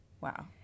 Wow